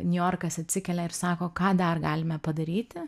niujorkas atsikelia ir sako ką dar galime padaryti